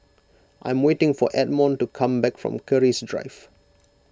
I am waiting for Edmon to come back from Keris Drive